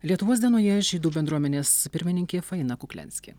lietuvos dienoje žydų bendruomenės pirmininkė faina kukliansky